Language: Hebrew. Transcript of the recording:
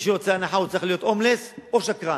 מי שרוצה הנחה צריך להיות הומלס או שקרן.